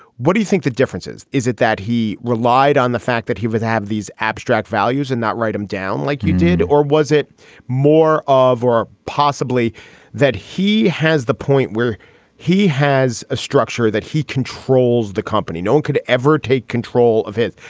what do you think the difference is. is it that he relied on the fact that he would have these abstract values and not write them down like you did or was it more of or possibly that he has the point where he has a structure that he controls the company no one could ever take control of it.